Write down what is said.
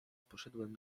poszedłem